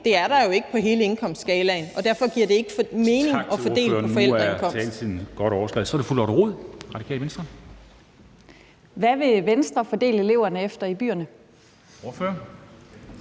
Det er der jo ikke i forhold til hele indkomstskalaen, og derfor giver det ikke mening at fordele på baggrund af forældreindkomst.